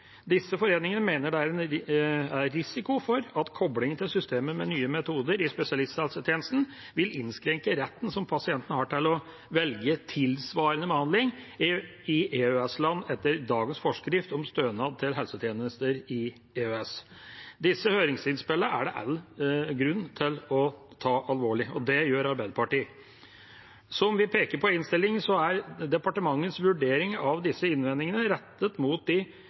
Disse foreningene mener det er en risiko for at koblingen til systemet med nye metoder i spesialisthelsetjenesten vil innskrenke retten pasientene har til å velge tilsvarende behandling i EØS-land, etter dagens forskrift om stønad til helsetjenester i EØS. Disse høringsinnspillene er det all grunn til å ta alvorlig, og det gjør Arbeiderpartiet. Som vi peker på i innstillingen, er departementets vurdering av disse innvendingene rettet mot de